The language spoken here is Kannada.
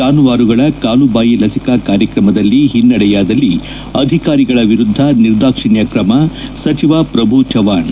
ಜಾನುವಾರುಗಳ ಕಾಲುಬಾಯಿ ಲಸಿಕಾ ಕಾರ್ಯಕ್ರಮದಲ್ಲಿ ಹಿನೈಡೆಯಾದಲ್ಲಿ ಅಧಿಕಾರಿಗಳ ವಿರುದ್ದ ನಿರ್ದಾಕ್ಷಣ್ಯ ತ್ರಮ ಸಚಿವ ಪ್ರಭು ಚವ್ವಾಣ್